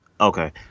Okay